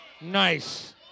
Nice